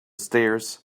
stairs